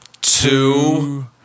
two